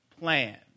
plan